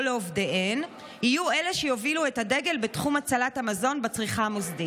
לעובדיהן יהיו אלו שיובילו את הדגל בתחום הצלת המזון בצריכה המוסדית,